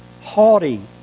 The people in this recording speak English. haughty